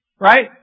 Right